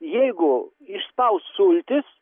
jeigu išspaus sultis